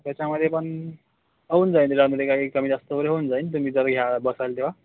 त्याच्यामधे पण होऊन जाईल त्याच्यामधे काही कमीजास्त वगैरे होऊन जाईल तुम्ही जर ह्या बसाल तेव्हा